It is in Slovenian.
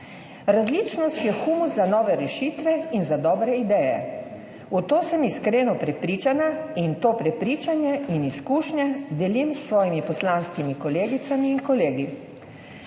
Različnost je humus za nove rešitve in za dobre ideje. V to sem iskreno prepričana in to prepričanje in izkušnje delim s svojimi poslanskimi kolegicami in kolegi.